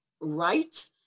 right